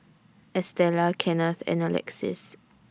Estella Kenneth and Alexis